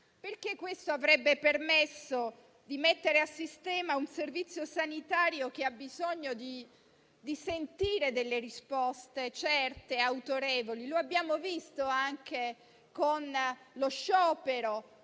Questo, infatti, avrebbe permesso di mettere a sistema un Servizio sanitario che ha bisogno di sentire delle risposte certe e autorevoli. Lo abbiamo visto anche con lo sciopero